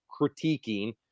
critiquing